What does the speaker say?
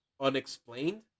unexplained